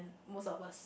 most of us